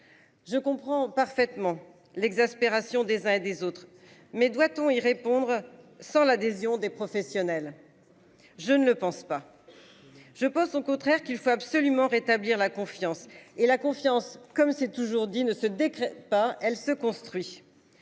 Je comprends parfaitement l'exaspération des uns et des autres, mais doit-on y répondre sans l'adhésion des professionnels. Je ne le pense pas. Je pense au contraire qu'il faut absolument rétablir la confiance et la confiance comme c'est toujours dit ne se décrète pas, elle se construit.